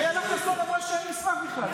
אילה חסון אמרה שאין מסמך בכלל.